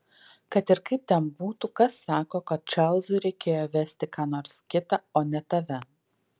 kad ir kaip ten būtų kas sako kad čarlzui reikėjo vesti ką nors kitą o ne tave